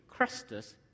Crestus